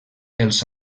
els